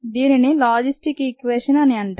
దీనిని logistic equation అని అంటారు